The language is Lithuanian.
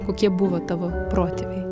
kokie buvo tavo protėviai